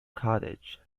cottage